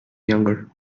younger